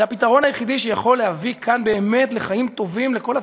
זה הפתרון היחידי שיכול להביא כאן באמת חיים טובים לכל הצדדים.